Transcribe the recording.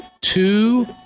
two